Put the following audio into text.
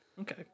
Okay